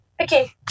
okay